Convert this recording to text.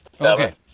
Okay